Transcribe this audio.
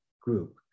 group